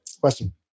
Question